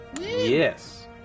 Yes